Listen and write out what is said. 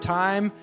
time